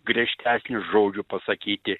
griežtesnio žodžio pasakyti